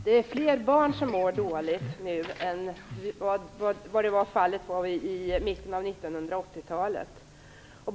Det är fler barn som mår dåligt nu än vad som var fallet vid mitten av 1980-talet.